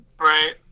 Right